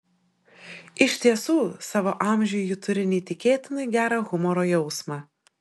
iš tiesų savo amžiui ji turi neįtikėtinai gerą humoro jausmą